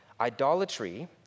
Idolatry